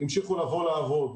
לבוא לעבוד.